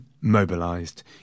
mobilised